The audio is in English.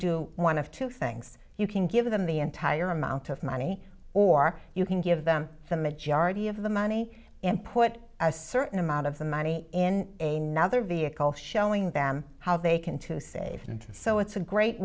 do one of two things you can give them the entire amount of money or you can give them the majority of the money and put a certain amount of the money in a nother vehicle showing them how they can to save and so it's a great